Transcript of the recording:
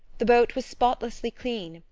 the boat was spotlessly clean,